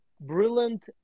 Brilliant